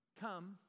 Come